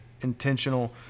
intentional